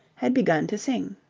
had began to sing.